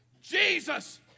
Jesus